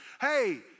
Hey